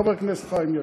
לחבר הכנסת חיים ילין.